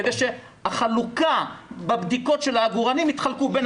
כדי שהחלוקה בבדיקות של העגורנים יתחלקו בין